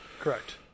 Correct